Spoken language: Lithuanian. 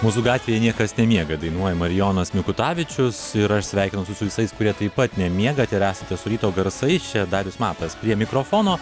mūsų gatvėje niekas nemiega dainuoja marijonas mikutavičius ir aš sveikinu su visais kurie taip pat nemiegate ir esate su ryto garsai čia darius matas prie mikrofono